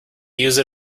use